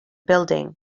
building